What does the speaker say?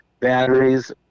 batteries